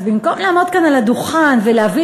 אז במקום לעמוד כאן על הדוכן ולהביא